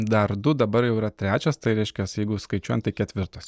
dar du dabar jau yra trečias tai reiškias jeigu skaičiuojan tai ketvirtas